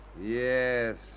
Yes